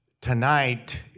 tonight